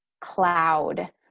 cloud